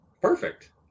Perfect